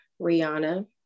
Rihanna